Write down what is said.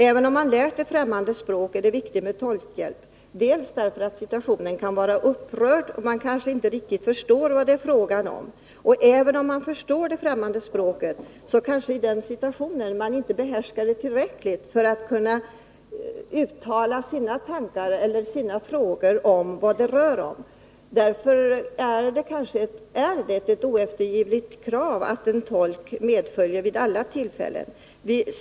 Även om man lärt sig det fftämmande språket är det viktigt med tolkhjälp, delvis därför att situationen kan vara upprörd och man kanske inte riktigt förstår vad det är fråga om. Även om man förstår det främmande språket, kanske man i den situationen inte behärskar det tillräckligt väl för att kunna uttala sina tankar eller sina frågor om vad det gäller. Därför är det ett oeftergivligt krav att en tolk medföljer vid alla hämtningstillfällen av detta slag.